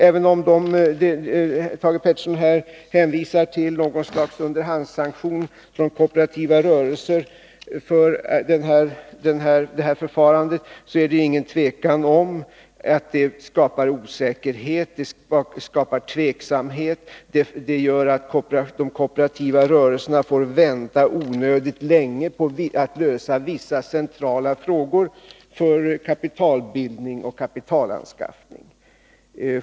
Även om Thage Peterson hänvisar till något slags underhandssanktion från kooperativa rörelser för det här förfarandet, är det ingen tvekan om att det skapar osäkerhet och tveksamhet. Det gör att de kooperativa rörelserna får vänta onödigt länge på att lösa vissa centrala frågor för kapitalbildning och kapitalanskaffning.